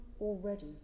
already